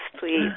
please